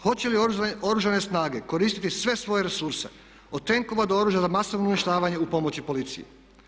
Hoće li Oružane snage koristiti sve svoje resurse od tenkova do oružja za masovno uništavanje u pomoći policiji?